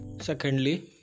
secondly